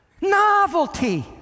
Novelty